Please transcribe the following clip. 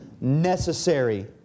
necessary